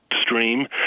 stream